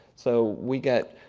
so we get,